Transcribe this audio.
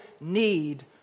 need